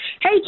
Hey